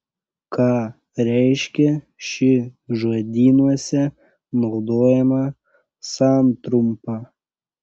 ką reiškia ši žodynuose naudojama santrumpa